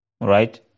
right